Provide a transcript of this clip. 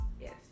yes